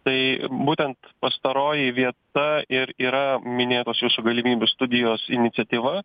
tai būtent pastaroji vieta ir yra minėtos jūsų galimybių studijos iniciatyva